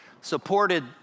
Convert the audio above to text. supported